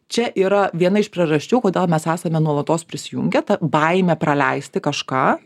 čia yra viena iš priežasčių kodėl mes esame nuolatos prisijungę ta baimė praleisti kažką